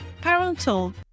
parental